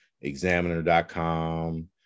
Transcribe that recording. Examiner.com